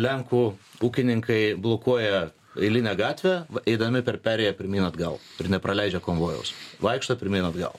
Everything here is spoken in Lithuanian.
lenkų ūkininkai blokuoja eilinę gatvę eidami per perėją pirmyn atgal ir nepraleidžia konvojaus vaikšto pirmyn atgal